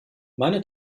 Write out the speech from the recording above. meine